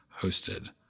hosted